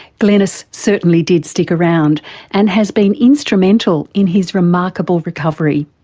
glenys certainly did stick around and has been instrumental in his remarkable recovery,